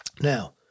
now